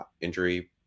injury